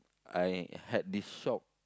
I had this shock